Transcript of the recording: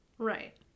right